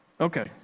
Okay